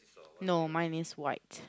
no mine is white